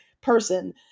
person